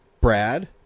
Brad